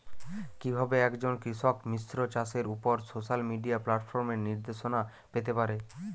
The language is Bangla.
কিভাবে একজন কৃষক মিশ্র চাষের উপর সোশ্যাল মিডিয়া প্ল্যাটফর্মে নির্দেশনা পেতে পারে?